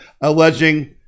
alleging